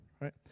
Right